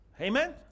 Amen